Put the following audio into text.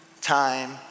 time